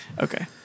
Okay